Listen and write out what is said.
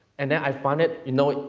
and then i found it, you know,